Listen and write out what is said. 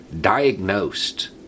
diagnosed